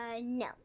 no